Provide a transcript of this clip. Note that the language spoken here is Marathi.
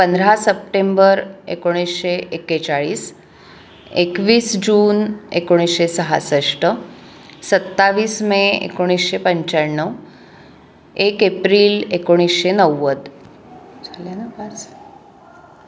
पंधरा सप्टेंबर एकोणीसशे एकेचाळीस एकवीस जून एकोणीसशे सहासष्ट सत्तावीस मे एकोणीसशे पंच्याण्णव एक एप्रिल एकोणीसशे नव्वद झाल्या ना पाच